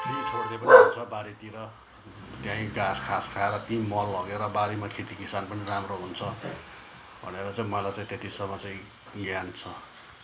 free छोडिदिए पनि हुन्छ बारीतिर त्यहीँ घाँस खाएर त्यहीँ मल हगेर बारीमा खेती किसान पनि राम्रो हुन्छ भनेर चाहिँ मलाई चाहिँ त्यतिसम्म चाहिँ ज्ञान छ